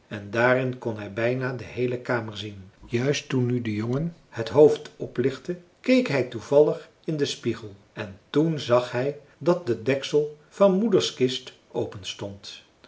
en daarin kon hij bijna de heele kamer zien juist toen nu de jongen het hoofd oplichtte keek hij toevallig in den spiegel en toen zag hij dat de deksel van moeders kist